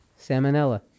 Salmonella